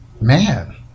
man